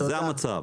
זה המצב.